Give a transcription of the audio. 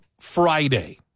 Friday